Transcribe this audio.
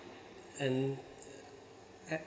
and